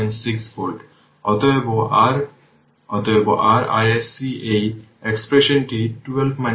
অতএব r অতএব r iSC এই এক্সপ্রেশনটি 12 v 2 বাই 4 দেখেছে